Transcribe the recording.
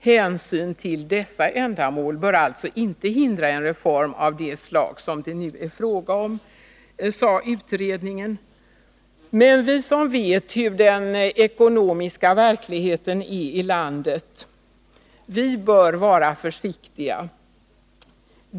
Hänsyn till dessa ändamål bör alltså inte hindra en reform av det slag som det nu är fråga om.” Men vi som vet hur den ekonomiska verkligheten är i vårt land bör vara försiktiga.